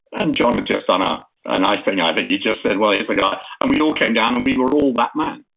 and john had just done um a nice thing. i think he just said, well here's the guy. and we all came down and we were all that man.